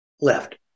left